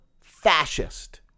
fascist